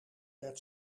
werd